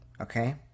okay